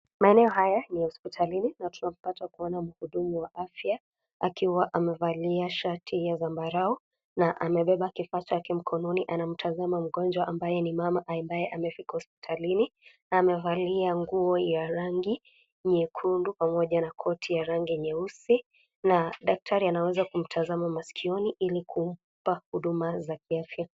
Maeneo haya ni ya hosiptalini na tunapata kuona muhudumu wa afya akiwa amevalia shati ya zambarau na amebeba kifaa chake mkononi na anamtazama mgonjwa ambaye ni mmama aendae amefika hosiptalini na amevalia nguo ya rangi nyekundu pamoja na koti ya rangu nyeusi na daktari anaweza kumtazama maskioni ili kumpa huduma za kiafya.